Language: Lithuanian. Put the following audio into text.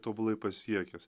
tobulai pasiekęs